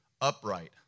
upright